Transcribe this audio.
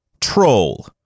Troll